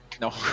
No